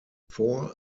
four